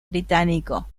británico